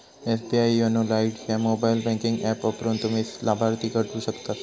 SBI YONO lite ह्या mobile banking app वापरून, तुम्ही लाभार्थीला हटवू शकतास